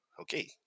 Okay